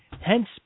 hence